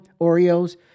Oreos